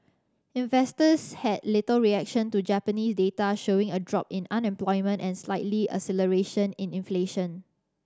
investors had little reaction to Japanese data showing a drop in unemployment and slightly acceleration in inflation